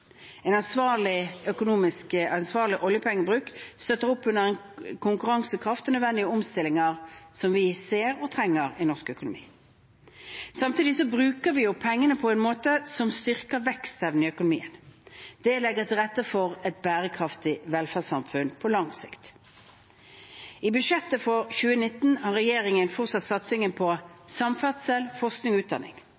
En ansvarlig oljepengebruk støtter opp under konkurransekraft og nødvendige omstillinger som vi ser og trenger i norsk økonomi. Samtidig bruker vi pengene på en måte som styrker vekstevnen i økonomien. Det legger til rette for et bærekraftig velferdssamfunn på lang sikt. I budsjettet for 2019 har regjeringen fortsatt satsingen på